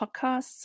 Podcasts